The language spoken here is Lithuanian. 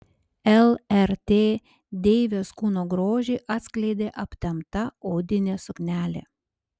lrt deivės kūno grožį atskleidė aptempta odinė suknelė